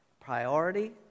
priority